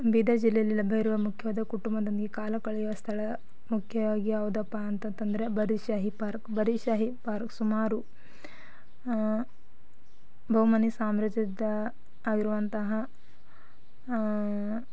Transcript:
ಬೀದರ್ ಜಿಲ್ಲೆಯಲ್ಲಿ ಲಭ್ಯವಿರುವ ಮುಖ್ಯವಾದ ಕುಟುಂಬದೊಂದಿಗೆ ಕಾಲ ಕಳೆಯುವ ಸ್ಥಳ ಮುಖ್ಯವಾಗಿ ಯಾವ್ದಪ್ಪ ಅಂತ ಅಂತಂದರೆ ಬರೀದ್ ಶಾಹಿ ಪಾರ್ಕ್ ಬರೀದ್ ಶಾಹಿ ಪಾರ್ಕ್ ಸುಮಾರು ಬಹಮನಿ ಸಾಮ್ರಾಜ್ಯದ ಆಗಿರುವಂತಹ